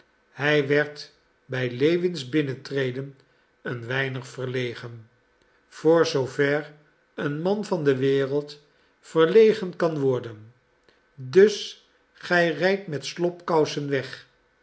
hij werd bij lewins binnentreden een weinig verlegen voor zoo ver een man van de wereld verlegen kan worden dus gij rijdt met slobkousen weg